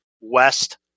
West